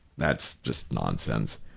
that's just nonsense.